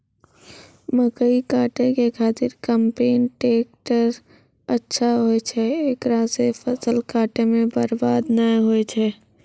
मकई काटै के खातिर कम्पेन टेकटर अच्छा होय छै ऐकरा से फसल काटै मे बरवाद नैय होय छै?